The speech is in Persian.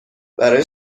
برای